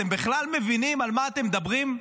אתם בכלל מבינים על מה אתם מדברים?